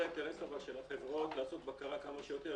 זה אינטרס של החברות לעשות בקרה כמה שיותר